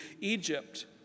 Egypt